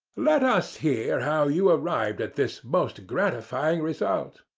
let us hear how you arrived at this most gratifying result.